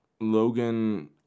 Logan